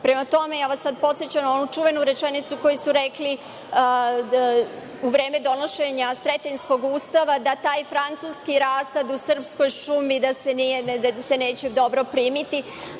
Prema tome, ja vas sada podsećam na onu čuvenu rečenicu koju su rekli u vreme donošenja Sretenjskog ustava – taj francuski rasad u srpskoj šumi neće se dobro primiti,